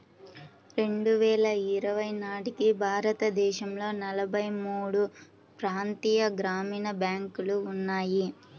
రెండు వేల ఇరవై నాటికి భారతదేశంలో నలభై మూడు ప్రాంతీయ గ్రామీణ బ్యాంకులు ఉన్నాయి